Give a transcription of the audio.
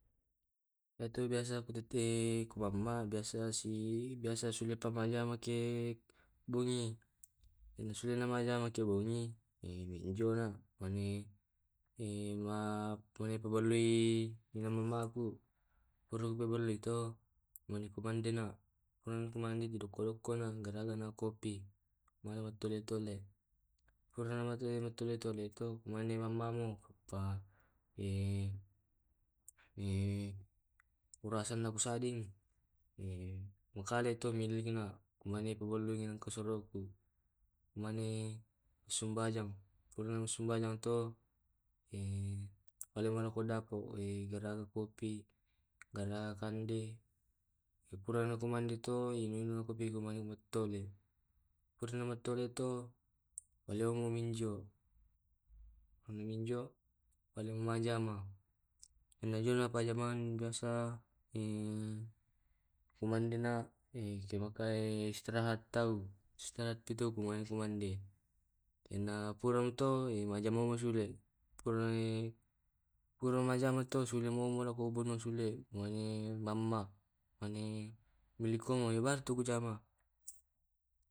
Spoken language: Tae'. piranjangki makindu sangaloang to, iyake yaku bongi biasa tente simpulomi. misa ku mamma yake tonanna aktivitasku sehari-hari to. Biasa tette karua atau tette sampulo aktivitasku to mamma to main hp. Cadona to biasa tette enneng, biasa juga tette lima atau tette pitu. iyatu aktivitas ku manicadona to ala tiro hp jolo mana siro minjio.